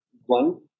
one